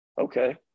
Okay